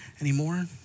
anymore